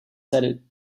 said